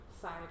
side